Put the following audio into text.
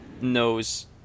knows